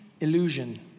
illusion